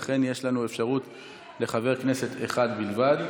לכן יש לנו אפשרות לחבר כנסת אחד בלבד.